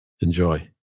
Enjoy